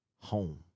home